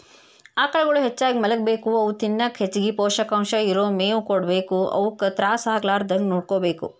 ಆಕಳುಗಳು ಹೆಚ್ಚಾಗಿ ಮಲಗಬೇಕು ಅವು ತಿನ್ನಕ ಹೆಚ್ಚಗಿ ಪೋಷಕಾಂಶ ಇರೋ ಮೇವು ಕೊಡಬೇಕು ಅವುಕ ತ್ರಾಸ ಆಗಲಾರದಂಗ ನೋಡ್ಕೋಬೇಕು